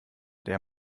der